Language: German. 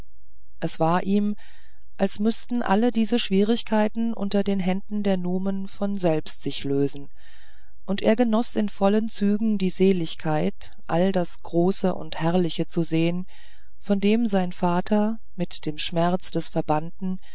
es war ihm als müßten alle diese schwierigkeiten unter den händen der nume von selbst sich lösen und er genoß in vollen zügen die seligkeit all das große und herrliche zu sehen von dem sein vater mit dem schmerz des verbannten